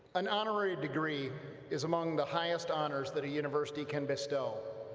an honorary degree is among the highest honors that a university can bestow,